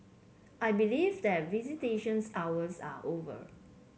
I believe that visitations hours are over